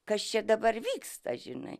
kas čia dabar vyksta žinai